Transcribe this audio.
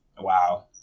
wow